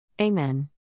Amen